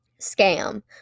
Scam